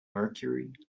mercury